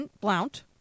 Blount